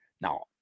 Now